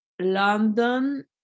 London